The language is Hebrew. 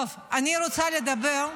אל תיגעי בזה.